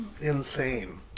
insane